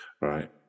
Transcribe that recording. right